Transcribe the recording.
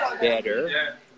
better